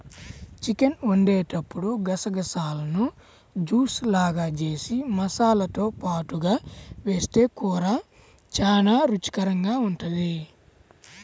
chicken వండేటప్పుడు గసగసాలను juice లాగా జేసి మసాలాతో పాటుగా వేస్తె కూర చానా రుచికరంగా ఉంటది